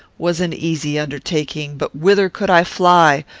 was an easy undertaking but whither could i fly,